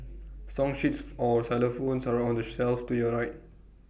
song sheets for xylophones are on the shelf to your right